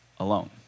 Alone